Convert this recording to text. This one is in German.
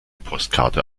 postkarte